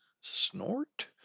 snort